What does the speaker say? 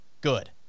good